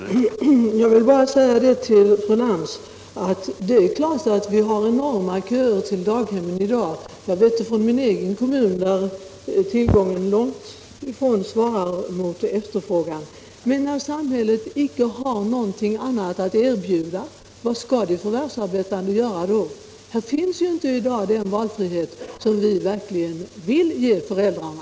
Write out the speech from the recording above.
Herr talman! Jag vill bara säga till fru Lantz att det är klart att vi har enorma köer på daghemmen i dag. Det märker jag inte minst i min egen hemkommun, där tillgången på daghem långtifrån svarar mot efterfrågan. Men när samhället inte har något annat att erbjuda, vad skall de förvärvsarbetande göra då? I dag finns ju inte den valfrihet som vi verkligen vill ge föräldrarna!